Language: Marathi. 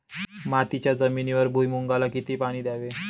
मातीच्या जमिनीवर भुईमूगाला किती पाणी द्यावे?